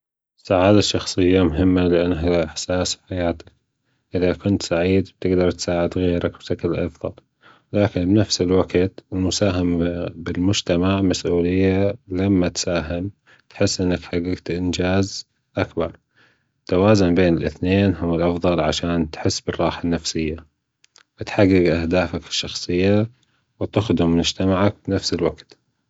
السعادة الشخصية مهمه لأنها أساس حياتك إذا كنت سعيد بتقدر تساعد غيرك بشكل أفضل لكن بنفس الوجت المساهمه بالمجتمع مسؤلية لما تساهم تحس إنك حججت إنجاز أكبر التوازن بين الأثنين هو الأفضل عشان تحس بالراحة النفسية وتحجج أهدافك الشخصية وتخدم مجتمعك بنفس الوقت.